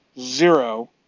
Zero